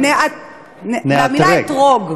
מהמילה אתרוג.